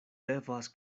devas